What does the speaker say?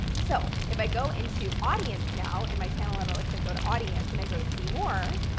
so if i go into audience now, in my channel analytics i go to audience and i go to see more,